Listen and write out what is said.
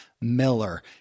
Miller